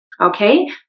okay